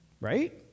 right